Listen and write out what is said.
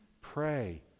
Pray